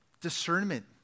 Discernment